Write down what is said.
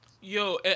Yo